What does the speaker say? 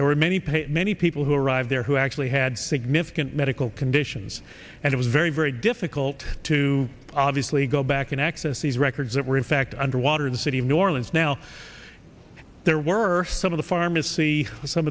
there were many pay many people who arrived there who actually had significant medical conditions and it was very very difficult to obviously go back and access these records that were in fact underwater in the city of new orleans now there were some of the pharmacy some